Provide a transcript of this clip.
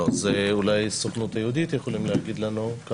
לא, זה אולי הסוכנות היהודית יכולים להגיד לנו.